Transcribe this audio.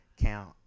count